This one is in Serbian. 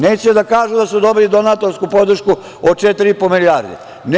Neće da kažu da su dobili donatorsku podršku od 4,5 milijarde.